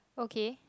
okay